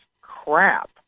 crap